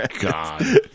god